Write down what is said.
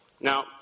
Now